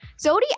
Zodi